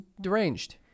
deranged